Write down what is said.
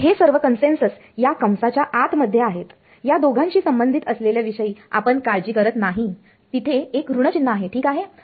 तर हे सर्व कन्सेंसस या कंसाच्या आत मध्ये आहेत या दोघांशी संबंधित असलेल्या विषयी आपण काळजी करत नाही तिथे एक ऋण चिन्ह आहे ठीक आहे